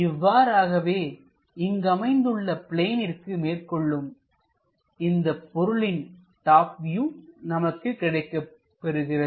இவ்வாறாகவே இங்கு அமைந்துள்ள பிளேனிற்கு மேற்கொள்ளும் இந்தப் பொருளின் டாப் வியூ நமக்கு கிடைக்கப் பெறுகிறது